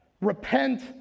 Repent